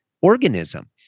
organism